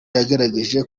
yagerageje